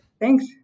Thanks